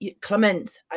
Clement